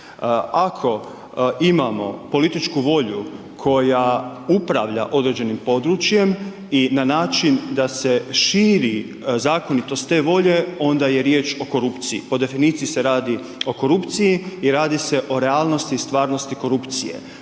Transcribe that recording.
Ako imamo političku volja koja upravlja određenim područjem i na način da se širi zakonitost te volje onda je riječ o korupciji, po definiciji se radi o korupciji i radi se o realnosti i stvarnosti korupcije.